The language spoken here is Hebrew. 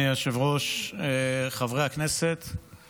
במקצוע עבודה סוציאלית בתקופה שבה הצרכים החברתיים גואים.